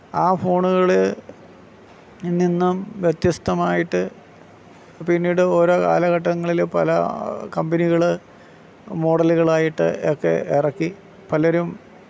ആ ഫോണുകൾ നിന്നും വ്യത്യസ്തമായിട്ട് പിന്നീട് ഓരോ കാലഘട്ടങ്ങളിൽ പല കമ്പനികൾ മോഡലുകൾ ആയിട്ട് ഒക്കെ ഇറക്കി പലരും